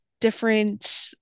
different